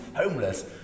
homeless